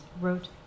wrote